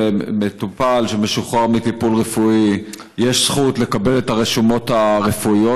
למטופל שמשוחרר מטיפול רפואי יש זכות לקבל את הרשומות הרפואיות.